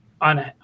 on